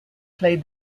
played